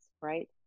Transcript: right